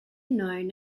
known